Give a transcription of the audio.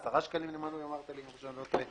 עשרה שקלים למנוי אמרת לי אם אני לא טועה,